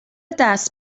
دست